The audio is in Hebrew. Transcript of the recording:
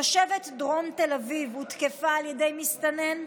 תושבת דרום תל אביב הותקפה על ידי מסתנן?